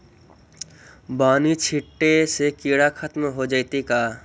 बानि छिटे से किड़ा खत्म हो जितै का?